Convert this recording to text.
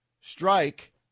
strike